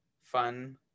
fun